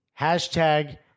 hashtag